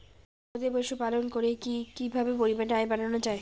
গবাদি পশু পালন করে কি কিভাবে পরিবারের আয় বাড়ানো যায়?